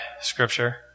scripture